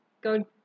go